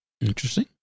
Interesting